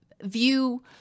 view